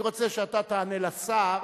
אתה תענה לשר,